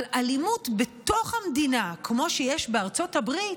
אבל אלימות בתוך המדינה כמו שיש בארצות הברית,